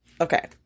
Okay